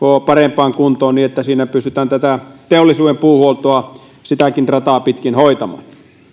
parempaan kuntoon niin siinä pystytään tätä teollisuuden puuhuoltoa sitäkin rataa pitkin hoitamaan